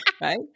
Right